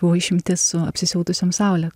buvo išimtis su apsisiautusiom saule